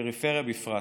ובפריפריה בפרט.